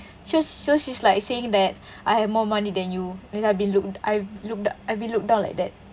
she was so she's like saying that I have more money than you then I've been looked I've looked dow~ I've been looked down like that